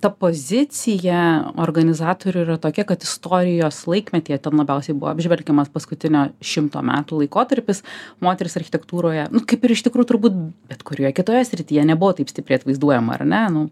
ta pozicija organizatorių yra tokia kad istorijos laikmetyje ten labiausiai buvo apžvelgiamas paskutinio šimto metų laikotarpis moterys architektūroje nu kaip ir iš tikrųjų turbūt bet kurioje kitoje srityje nebuvo taip stipriai atvaizduojama ar ne nu